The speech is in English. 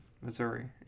Missouri